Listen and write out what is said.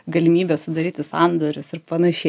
galimybę sudaryti sandorius ir panašiai